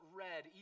red